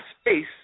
space